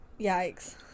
yikes